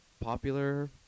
popular